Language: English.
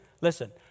listen